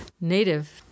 native